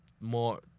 more